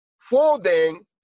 Folding